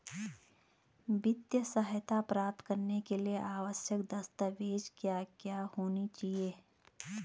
वित्तीय सहायता प्राप्त करने के लिए आवश्यक दस्तावेज क्या क्या होनी चाहिए?